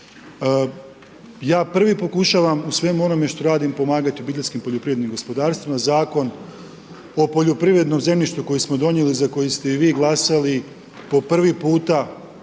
Ja prvi pokušavam u svemu onom što radim pomagati OPG-ima, zakon o Poljoprivrednom zemljištu koji smo donijeli, za koji ste i vi glasali, po prvi puta,